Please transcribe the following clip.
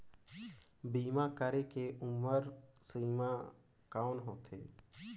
बीमा करे के उम्र सीमा कौन होथे?